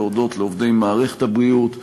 להודות לעובדי מערכת הבריאות,